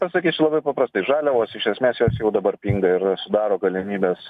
pasakysiu labai paprastai žaliavos iš esmės jos jau dabar pinga ir sudaro galimybes